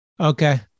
Okay